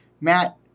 Matt